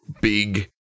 big